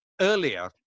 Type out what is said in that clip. earlier